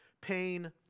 pain